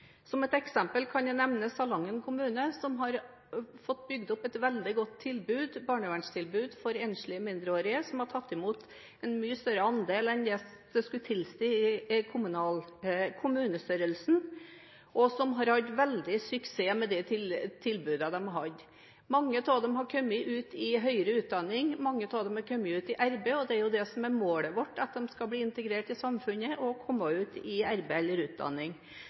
Som et eksempel kan jeg nevne Salangen kommune, som har bygd opp et veldig godt barnevernstilbud for enslige mindreårige, som har tatt imot en mye større andel enn kommunestørrelsen skulle tilsi, og som har hatt veldig suksess med de tilbudene de har hatt. Mange av dem har kommet ut i høyere utdanning, mange av dem har kommet ut i arbeid. Det er jo det som er målet vårt – at de skal bli integrert i samfunnet og komme ut i arbeid eller utdanning.